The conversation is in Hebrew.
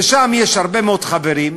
ששם יש הרבה מאוד חברים,